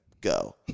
go